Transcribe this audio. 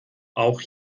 auch